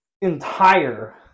entire